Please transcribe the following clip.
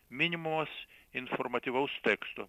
minimumas informatyvaus teksto